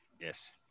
Yes